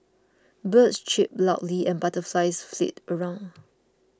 birds chirp loudly and butterflies flit around